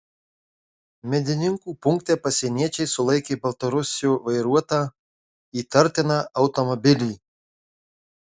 medininkų punkte pasieniečiai sulaikė baltarusio vairuotą įtartiną automobilį